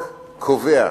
קובע